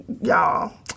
y'all